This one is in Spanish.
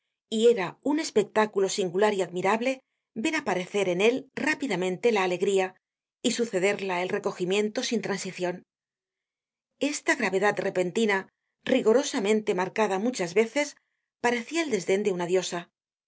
y era un espectáculo singular y admirable ver aparecer en él rápidamente la alegría y sucederla el recogimiento sin transicion esta gravedad repentina rigorosamente marcada muchas veces parecia el desden de una diosa su